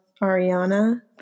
Ariana